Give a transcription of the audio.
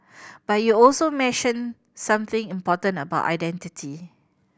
but you also mentioned something important about identity